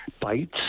bites